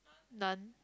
none